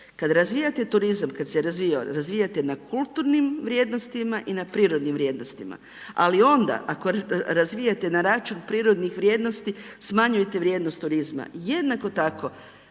razvijate na kulturnim vrijednostima i na prirodnim vrijednostima. Ali onda ako razvijate na račun prirodnih vrijednosti smanjujete vrijednost turizma. Jednako tako,